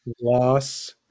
Loss